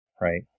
right